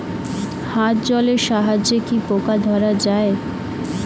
হাত জলের সাহায্যে কি পোকা ধরা যায়?